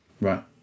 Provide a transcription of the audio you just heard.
Right